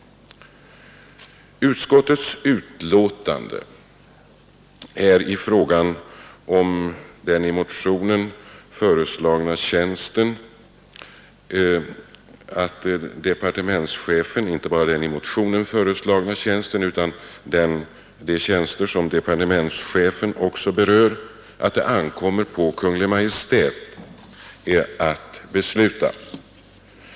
Utskottet uttalar att det i fråga om såväl den i motionen föreslagna tjänsten som de av departementschefen berörda tjänsterna ankommer på Kungl. Maj:t att besluta.